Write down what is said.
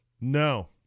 No